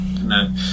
no